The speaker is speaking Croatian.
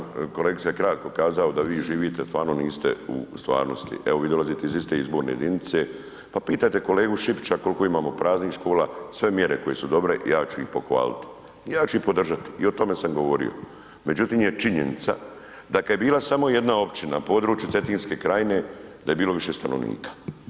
Ja vam bi vam kolegice kratko kazao da vi živite, stvarno niste u stvarnosti, evo vi dolazite iz iste izborne jedinice, pa pitajte kolegu Šipića koliko imamo praznih škola, sve mjere koje su dobre, ja ću ih pohvaliti, ja ću ih podržati i o tome sam govorio međutim je činjenica da kad je bila samo jedna općina na području Cetinske krajine, da je bilo više stanovnika.